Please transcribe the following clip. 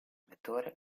inventore